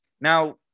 Now